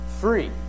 free